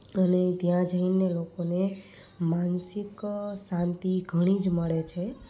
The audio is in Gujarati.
અને ત્યાં જઈને લોકોને માનસિક શાંતિ ઘણી જ મળે છે